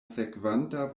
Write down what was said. sekvanta